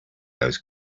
those